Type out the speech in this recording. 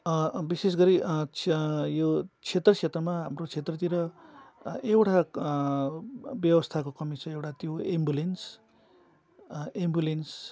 विशेष गरी यो क्षेत्र क्षेत्रमा हाम्रो क्षेत्रतिर एउटा व्यवस्थाको कमी छ एउटा त्यो एम्बुलेन्स एम्बुलेन्स